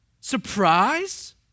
surprise